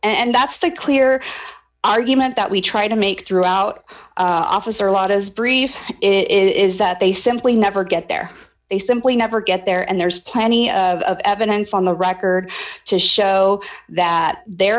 and that's the clear argument that we try to make throughout officer lott as brief is that they simply never get there they simply never get there and there's plenty of evidence on the record to show that the